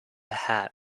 hat